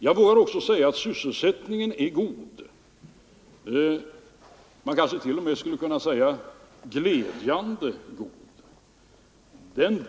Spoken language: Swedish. Jag vågar också säga att sysselsättningen är god — kanske t.o.m. glädjande god.